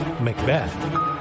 Macbeth